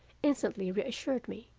instantly reassured me.